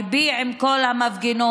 ליבי עם כל המפגינות.